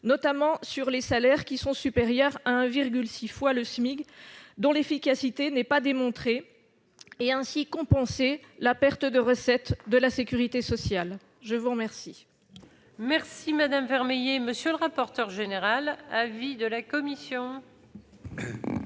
notamment sur les salaires supérieurs à 1,6 fois le SMIC, dont l'efficacité n'est pas démontrée, et, ainsi, de compenser la perte de recettes pour la sécurité sociale. Quel